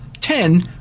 ten